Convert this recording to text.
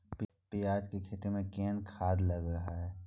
पियाज के खेती में कोन खाद लगे हैं?